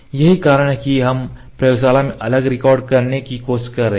यही कारण है कि हम प्रयोगशाला में अलग से रिकॉर्ड करने की कोशिश कर रहे हैं